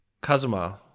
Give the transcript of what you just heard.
Kazuma